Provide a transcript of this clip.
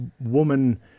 woman